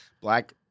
black